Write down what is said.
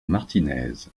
martinez